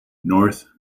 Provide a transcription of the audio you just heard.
north